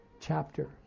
chapter